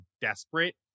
desperate